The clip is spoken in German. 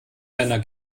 männer